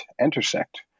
Intersect